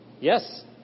Yes